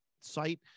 site